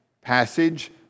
passage